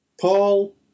Paul